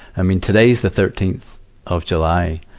i mean, today's the thirteenth of july,